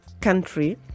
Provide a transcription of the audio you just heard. country